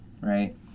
Right